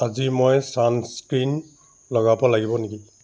আজি মই ছানস্ক্ৰীন লগাব লাগিব নেকি